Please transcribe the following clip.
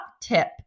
tip